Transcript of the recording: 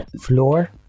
Floor